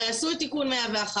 הרי עשו את תיקון 101,